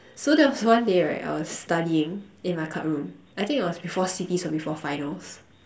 so there was one day right I was studying in my club room I think it was before C_Ts or before finals